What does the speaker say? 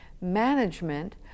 management